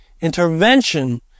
intervention